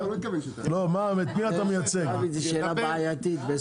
את מי אתה מייצג?